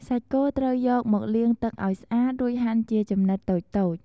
សាច់គោត្រូវយកមកលាងទឹកឱ្យស្អាត រួចហាន់ជាចំណិតតូចៗ។